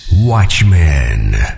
Watchmen